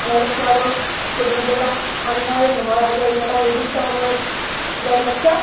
আহে মাত্ৰ আৰু গধুলি বেলা আন্ধাৰ নোহোৱাৰ আগে আগে এটা নিৰ্দিষ্ট সময়ত যায় মাত্ৰ